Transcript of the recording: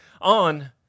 on